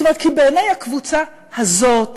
כי בעיני הקבוצה הזאת